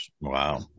Wow